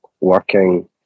working